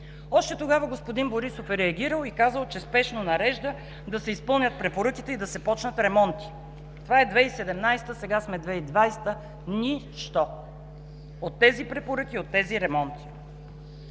Още тогава господин Борисов е реагирал и казал, че спешно нарежда да се изпълнят препоръките и да се започнат ремонти. Това е 2017-а, сега сме 2020-а – ни-що от тези препоръки и от тези ремонти!